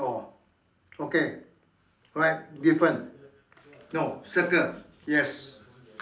oh okay right different no circle yes